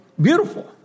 beautiful